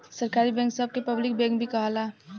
सरकारी बैंक सभ के पब्लिक बैंक भी कहाला